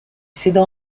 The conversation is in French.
cédant